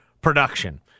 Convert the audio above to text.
production